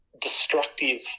destructive